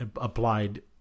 applied